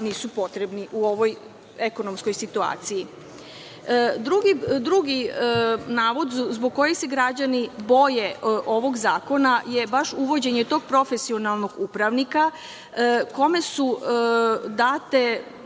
nisu potrebni u ovoj ekonomskoj situaciji? Drugi navod zbog kojeg se građani boje ovog zakona je baš uvođenje tog profesionalnog upravnika, kome su data